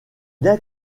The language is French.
bien